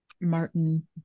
Martin